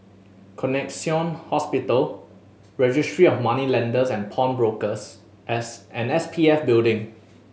Connexion Hospital Registry of Moneylenders and Pawnbrokers S and S P F Building